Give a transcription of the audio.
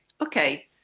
okay